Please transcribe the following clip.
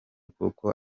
kuko